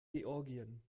georgien